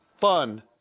fun